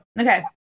okay